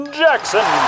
jackson